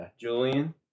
Julian